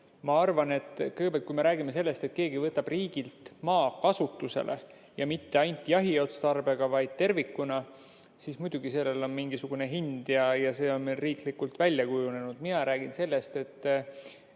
ma arvan, kõigepealt, kui me räägime sellest, et keegi võtab riigilt maa kasutusele ja mitte ainult jahi otstarbel, vaid tervikuna, siis muidugi sellel on mingisugune hind ja see on meil riiklikult välja kujunenud.